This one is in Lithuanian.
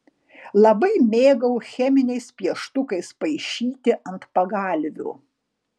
labai mėgau cheminiais pieštukais paišyti ant pagalvių